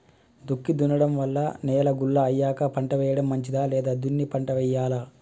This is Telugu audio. దుక్కి దున్నడం వల్ల నేల గుల్ల అయ్యాక పంట వేయడం మంచిదా లేదా దున్ని పంట వెయ్యాలా?